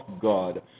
God